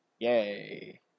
yay